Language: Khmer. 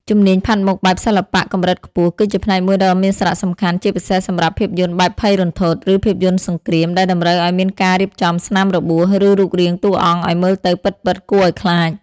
ជំនាញផាត់មុខបែបសិល្បៈកម្រិតខ្ពស់ គឺជាផ្នែកមួយដ៏មានសារៈសំខាន់ជាពិសេសសម្រាប់ភាពយន្តបែបភ័យរន្ធត់ ឬភាពយន្តសង្គ្រាម ដែលតម្រូវឱ្យមានការរៀបចំស្នាមរបួស ឬរូបរាងតួអង្គឱ្យមើលទៅពិតៗគួរឱ្យខ្លាច។